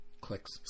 Clicks